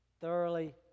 thoroughly